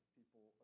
people